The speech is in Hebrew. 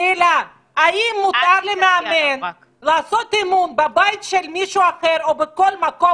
האם מותר למאמן לעשות אימון בבית של מישהו או בכל מקום